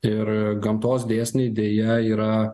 ir gamtos dėsniai deja yra